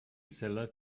seller